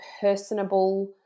personable